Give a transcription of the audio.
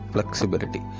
Flexibility